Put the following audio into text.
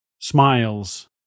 smiles